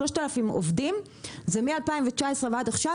המספר 3,000 עובדים נותר כך מ-2019 ועד עכשיו,